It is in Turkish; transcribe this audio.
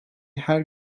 her